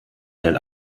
del